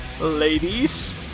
ladies